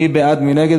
מי בעד, מי נגד?